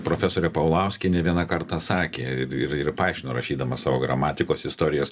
profesorė paulauskienė vieną kartą sakė ir ir ir paaiškino rašydama savo gramatikos istorijas